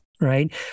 Right